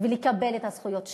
ולקבל את הזכויות שלי.